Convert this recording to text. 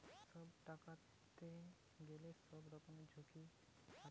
টাকা খাটাতে গেলে যে সব রকমের ঝুঁকি থাকে